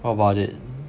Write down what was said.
what about it